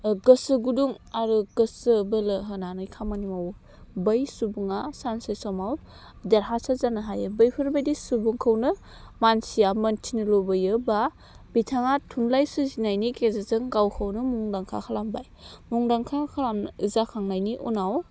गोसो गुदुं आरो गोसो बोलो होनानै खामानि मावो बै सुबुङा सानसे समाव देरहासार जानो हायो बैफोरबायदि सुबुंखौनो मानसिया मिन्थिनो लुबैयो बा बिथाङा थुनलाइ सोरजिनायनि गेजेरजों गावखौनो मुंदांखा खालामबाय मुंदांखा जाखांनायनि उनाव